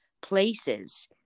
places